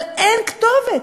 אבל אין כתובת,